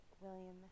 William